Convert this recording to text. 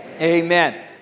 Amen